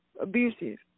Abusive